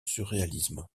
surréalisme